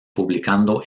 publicando